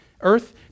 earth